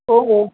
ஓ ஓ